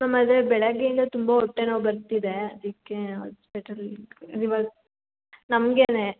ma'am ಅದೇ ಬೆಳಗ್ಗೆಯಿಂದ ತುಂಬ ಹೊಟ್ಟೆ ನೋವು ಬರ್ತಿದೆ ಅದಕ್ಕೆ ಆಸ್ಪಿಟಲ್ ನಮಗೇನೆ